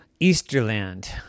Easterland